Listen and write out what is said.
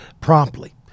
promptly